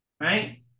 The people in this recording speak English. Right